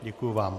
Děkuju vám.